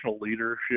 leadership